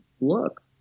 look